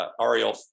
Ariel